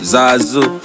Zazu